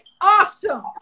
awesome